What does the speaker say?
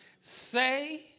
Say